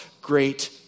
great